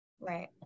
right